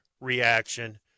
reaction